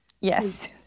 Yes